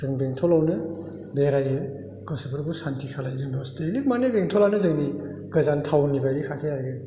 जों बेंथलावनो बेरायो गोसोफोरखौ सान्थि खालायो जों दस्थेयैनो माने बेंथलआनो जोंनि गोजान टाउनबायदिखासै आरो